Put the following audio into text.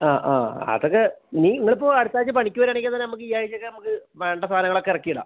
ആ ആ അത് ഒക്കെ നീ ഇന്ന് ഇപ്പോൾ അടുത്താഴ്ച പണിക്ക് വരുവാണെങ്കീൽ എന്നാ നമ്മക്ക് ഈ ആഴ്ച ഒക്കെ നമ്മക്ക് വേണ്ട സാധനങ്ങൾ ഒക്കെ ഇറക്കി ഇടാ